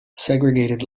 segregated